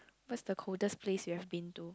what's the coldest place you have been to